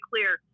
clear